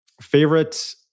favorite